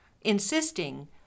insisting